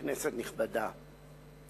כנסת נכבדה,